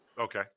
Okay